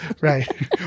right